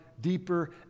deeper